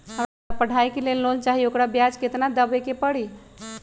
हमरा पढ़ाई के लेल लोन चाहि, ओकर ब्याज केतना दबे के परी?